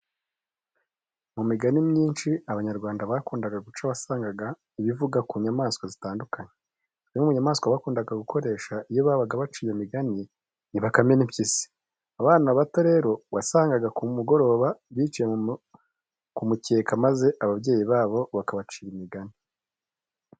Mu migani myinshi Abanyarwanda bakundaga guca wasangaga iba ivuga ku nyamaswa zitandukanye. Zimwe mu nyamaswa bakundaga gukoresha iyo babaga baca iyo migani ni bakame n'impyisi. Abana bato rero wasangaga ku mugoroba bicaye ku mukeka maze ababyeyi babo bakabacira imigani.